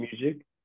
music